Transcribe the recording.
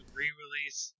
re-release